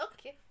Okay